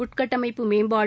உள்கட்டமைப்பு மேம்பாடு